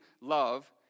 love